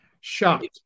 Shocked